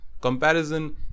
Comparison